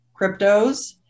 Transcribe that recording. cryptos